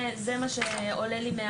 זה מה שעולה לי,